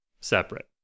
separate